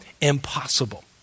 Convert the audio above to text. impossible